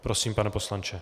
Prosím, pane poslanče.